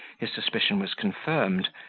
his suspicion was confirmed,